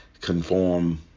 conform